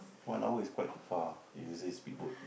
one hour is quite far if you say speedboat